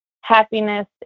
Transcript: happiness